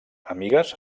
amigues